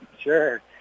Sure